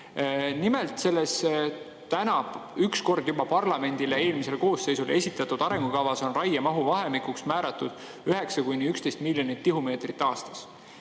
võetud. Selles üks kord juba parlamendile, eelmisele koosseisule esitatud arengukavas on raiemahu vahemikuks määratud 9–11 miljonit tihumeetrit aastas.